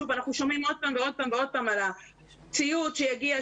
אנחנו שומעים עוד פעם ועוד פעם על הציוד שיגיע,